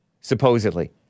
supposedly